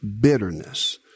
bitterness